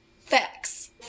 Facts